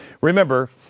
Remember